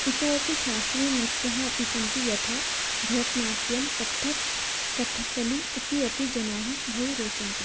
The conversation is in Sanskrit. इतोपि शास्त्रीयनृत्यम् अपि सन्ति यथा भरतनाट्यं कथ्थक् कत्थक्कलि इति अपि जनाः बहु रोचन्ते